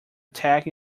attack